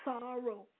sorrow